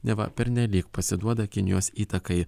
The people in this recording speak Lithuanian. neva pernelyg pasiduoda kinijos įtakai